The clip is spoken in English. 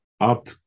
up